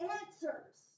answers